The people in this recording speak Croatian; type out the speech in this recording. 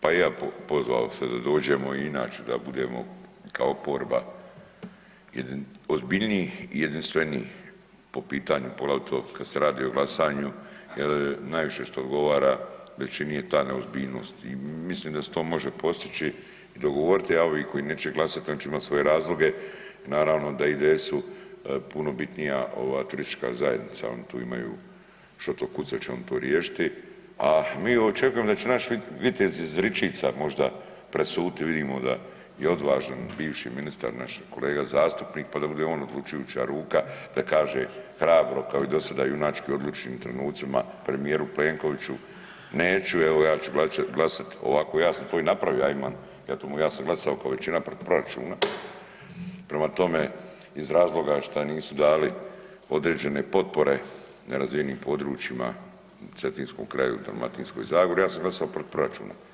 Pa i ja bi pozvao sve da dođemo i znači da budemo kao oporba ozbiljniji i jedinstveniji po pitanju poglavito kad se radi o glasanju jer najviše što odgovara većini je ta neozbiljnost i mislim da se to može postići, dogovori, a ovi koji neće glasati oni će imati svoje razloge, naravno da je IDS-u puno bitnija ova turistička zajednica oni tu imaju …/nerazumljivo/… će oni to riješiti, a mi očekujemo da će naš vitez iz Ričica možda presuditi vidimo da je odvažan bivši ministar naš kolega zastupnik pa da on bude odlučujuća ruka da kaže hrabro kao i dosada junački u odlučnim trenucima premijeru Plenkoviću neću evo ja ću glasat ovako ja sam to i napravio, ja sam glasao kao većina protiv proračuna, prema tome iz razloga šta nisu dali određene potpore nerazvijenim područjima u cetinskom kraju, u Dalmatinskoj zagori ja sam glasao protiv proračuna.